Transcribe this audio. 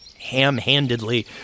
ham-handedly